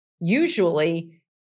usually